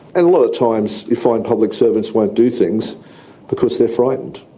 and lot of times you find public servants won't do things because they're frightened.